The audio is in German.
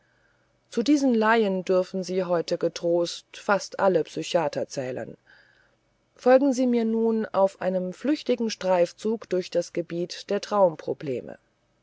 zu diesen laien dürfen sie heute getrost fast alle psychiater zählen folgen sie mir nun auf einem flüchtigen streifzug durch das gebiet der